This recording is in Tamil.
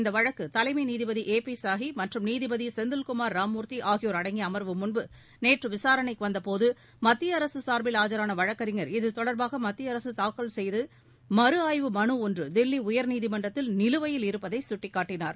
இந்த வழக்கு தலைமை நீதிபதி ஏ பி சாஹி மற்றும் நீதிபதி செந்தில்குமாா் ராமமூா்த்தி ஆகியோா் அடங்கிய அம்வு முன்பு நேற்று விசாரணைக்கு வந்தபோது மத்திய அரசு சாா்பில் ஆஜரான வழக்கறிஞர் இது தொடர்பாக மத்திய அரசு தாக்கல் செய்து மறு ஆய்வு மனு ஒன்று தில்லி உயர்நீதிமன்றத்தில் நிலுவையில் இருப்பதை சுட்டிக்காட்டினார்